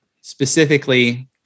specifically